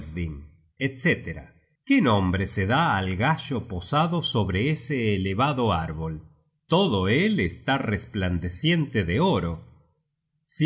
etc qué nombre se da al gallo posado sobre ese elevado árbol todo él está resplandeciente de oro